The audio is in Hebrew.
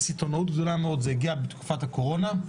בסיטונאות גדולה מאוד זה הגיע בתקופת הקורונה,